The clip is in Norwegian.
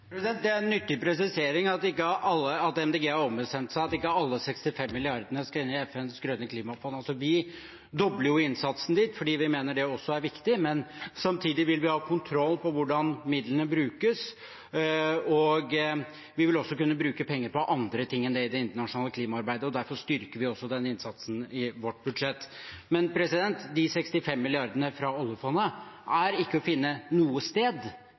Det er en nyttig presisering at Miljøpartiet De Grønne har ombestemt seg, at ikke alle 65 mrd. kr skal inn i FNs grønne klimafond. Vi dobler innsatsen dit, fordi vi mener det også er viktig, men samtidig vil vi ha kontroll på hvordan midlene brukes. Vi vil også kunne bruke penger på andre ting enn det i det internasjonale klimaarbeidet, og derfor styrker vi også den innsatsen i vårt budsjett. Men de 65 mrd. kr fra oljefondet er ikke å finne noe sted